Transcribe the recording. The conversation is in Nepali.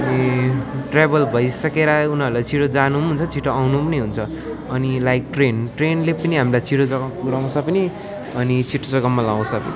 अनि ट्र्याभल भइसकेर उनीहरूलाई छिटो जानु पनि हुन्छ छिटो आउनु पनि हुन्छ अनि लाइक ट्रेन ट्रेनले पनि हामीलाई छिटो जग्गामा पुऱ्याउँछ पनि अनि छिटो जग्गामा ल्याउँछ पनि